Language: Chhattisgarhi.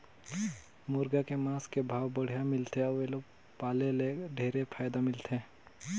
मुरगा के मांस के भाव बड़िहा मिलथे अउ एला पोसे ले ढेरे फायदा होथे